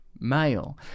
male